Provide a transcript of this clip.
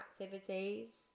activities